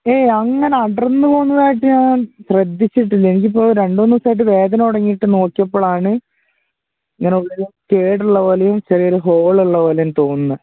ഏ അങ്ങനെ അടർന്നുപോകുന്നതായിട്ട് ഞാൻ ശ്രദ്ധിച്ചിട്ടില്ല എനിക്കിപ്പോള് രണ്ടുമൂന്ന് ദിവസമായിട്ട് വേദന തുടങ്ങിയിട്ട് നോക്കിയപ്പോഴാണ് ഇങ്ങനെയുള്ളില് കേടുള്ളതുപോലെയും ചെറിയൊരു ഹോളുള്ളതുപോലെയും തോന്നുന്നത്